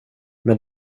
med